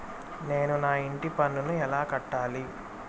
నేను నా ఇంటి పన్నును ఎలా కట్టాలి?